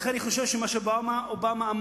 לכן, אני חושב שמה שאובמה אמר